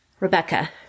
Rebecca